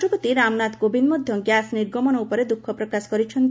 ରାଷ୍ଟ୍ରପତି ରାମନାଥ କୋବିନ୍ଦ ମଧ୍ୟ ଗ୍ୟାସ୍ ନିର୍ଗମନ ଉପରେ ଦୁଃଖ ପ୍ରକାଶ କରିଛନ୍ତି